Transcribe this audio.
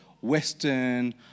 Western